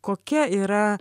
kokia yra